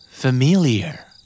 Familiar